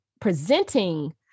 presenting